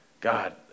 God